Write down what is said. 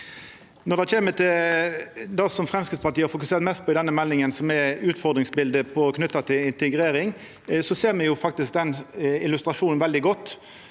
det som Framstegspartiet har fokusert mest på i denne meldinga, som er utfordringsbildet knytt til integrering, ser me faktisk den illustrasjonen veldig godt.